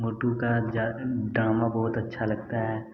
मोंटू का ड्रामा बहुत अच्छा लगता है